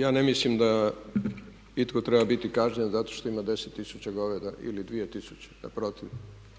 Ja ne mislim da itko treba biti kažnjen zato što ima 10 tisuća goveda ili 2 tisuće, naprotiv,